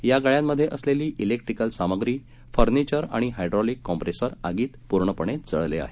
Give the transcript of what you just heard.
या गाळ्यांमध्ये असलेली मेक्ट्रिकल सामग्री फर्निचर आणि हायड्रॉलिक कॉम्प्रेसर आगीत पूर्णपणे जळले आहेत